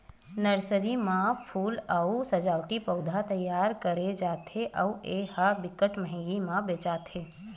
nursery म फूल अउ सजावटी पउधा तइयार करे जाथे अउ ए ह बिकट मंहगी म बेचाथे